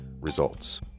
Results